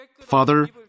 Father